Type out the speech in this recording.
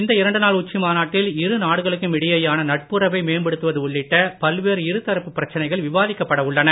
இந்த இரண்டு நாள் உச்சி மாநாட்டில் இரு நாடுகளுக்கும் இடையேயான நட்புறவை மேம்படுத்துவது உள்ளிட்ட பல்வேறு இரு தரப்பு பிரச்சனைகள் விவாதிக்கப்பட உள்ளன